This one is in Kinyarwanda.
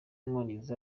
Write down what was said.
w’umwongereza